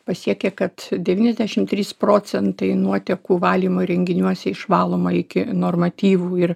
pasiekę kad devyniasdešim trys procentai nuotekų valymo įrenginiuose išvaloma iki normatyvų ir